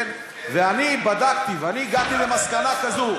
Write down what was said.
ואני בדקתי, ואני הגעתי למסקנה כזאת: